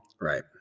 Right